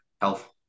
health